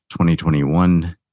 2021